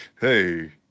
hey